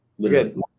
Good